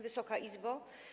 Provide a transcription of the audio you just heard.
Wysoka Izbo!